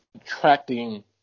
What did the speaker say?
attracting